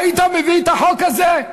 היית מביא את החוק הזה?